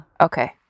okay